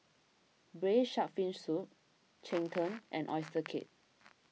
Braised Shark Fin Soup Cheng Tng and Oyster Cake